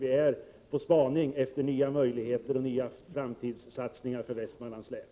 Vi är på spaning efter nya möjligheter och nya framtidssatsningar för Västmanlands län.